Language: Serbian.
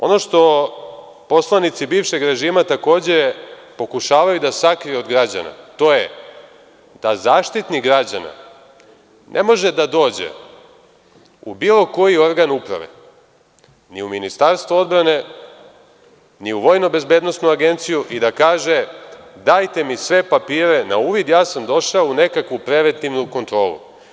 Ono što poslanici bivšeg režima takođe pokušavaju da sakriju od građana, to je da Zaštitnik građana ne može da dođe u bilo koji organ uprave, ni u Ministarstvo odbrane, ni u VBA i da kaže – dajte mi sve papire na uvid, ja sam došao u nekakvu preventivnu kontrolu.